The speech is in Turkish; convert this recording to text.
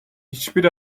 hiçbir